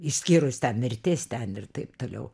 išskyrus ten mirtis ten ir taip toliau